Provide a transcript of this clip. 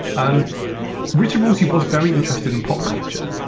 um richard rorty was very interested in pop culture,